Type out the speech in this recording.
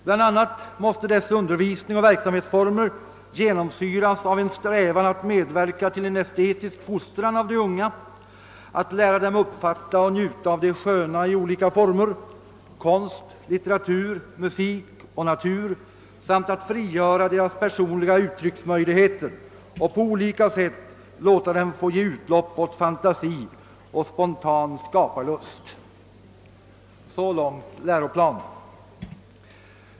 Bland annat måste dess undervisning och verksamhetsformer genomsyras av en strävan att medverka till en estetisk fostran av de unga, att lära dem uppfatta och njuta av det sköna i olika former — konst, litteratur, musik och natur — samt att frigöra deras personliga uttrycksmöjligheter och på olika sätt låta dem få ge utlopp åt fantasi och spontan skaparlust.» Så långt läroplanen.